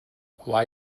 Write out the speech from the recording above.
why